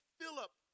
Philip